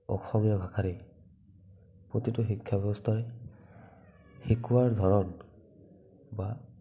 অসমীয়া ভাষাৰেই প্ৰতিটো শিক্ষা ব্যৱস্থাই শিকোৱাৰ ধৰণ বা